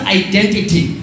identity